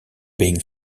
being